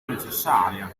necessaria